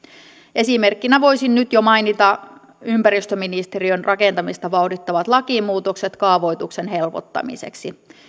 esimerkkinä voisin nyt jo mainita ympäristöministeriön rakentamista vauhdittavat lakimuutokset kaavoituksen helpottamiseksi